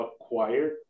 acquired